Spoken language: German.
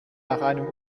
einem